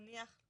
נניח,